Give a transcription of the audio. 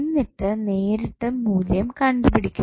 എന്നിട്ട് നേരിട്ട് മൂല്യം കണ്ടുപിടിക്കുക